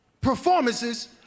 performances